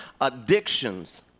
addictions